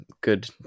good